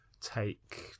take